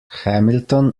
hamilton